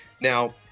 Now